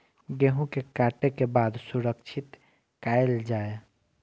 गेहूँ के काटे के बाद सुरक्षित कायल जाय?